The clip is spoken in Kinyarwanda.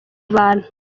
abantu